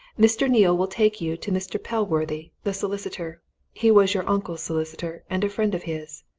mr. neale will take you to mr. pellworthy, the solicitor he was your uncle's solicitor, and a friend of his.